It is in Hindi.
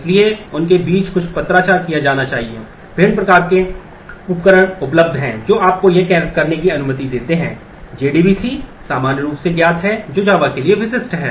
इसलिए उनके बीच कुछ पत्राचार किया जाना चाहिए विभिन्न प्रकार के उपकरण उपलब्ध हैं जो आपको यह करने की अनुमति देते हैं JDBC सामान्य रूप से ज्ञात है जो Java के लिए विशिष्ट है